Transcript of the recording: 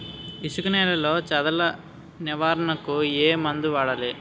ఇసుక నేలలో చదల నివారణకు ఏ మందు వాడాలి?